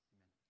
Amen